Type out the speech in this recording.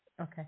Okay